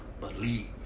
believe